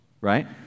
right